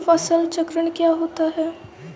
फसल चक्रण क्या होता है?